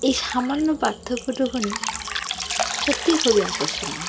এই সামান্য পার্থক্যটুকুনি সত্যিই খুবই আকর্ষণীয়